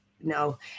no